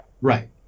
Right